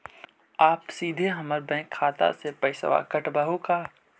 आप सीधे हमर बैंक खाता से पैसवा काटवहु का?